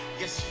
yes